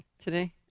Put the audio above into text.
today